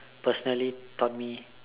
personally taught me